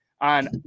on